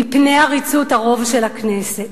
מפני עריצות הרוב של הכנסת.